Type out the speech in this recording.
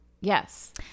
Yes